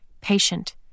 patient